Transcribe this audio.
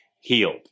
healed